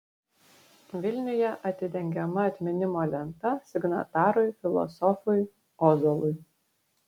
vilniuje atidengiama atminimo lenta signatarui filosofui ozolui